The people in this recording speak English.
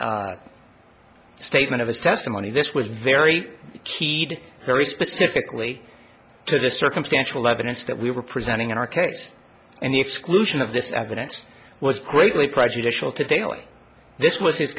statement of his testimony this was very keyed very specifically to the circumstantial evidence that we were presenting in our kids and the exclusion of this evidence was greatly prejudicial to daley this was his